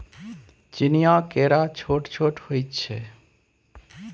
चीनीया केरा छोट छोट होइ छै